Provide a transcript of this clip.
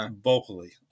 vocally